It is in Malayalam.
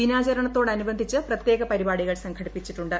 ദിനാച്രണത്തോടനുബന്ധിച്ച് പ്രത്യേക പരിപാടികൾ സംഘടിപ്പിച്ചിട്ടുണ്ട്